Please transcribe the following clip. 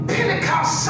Pentecost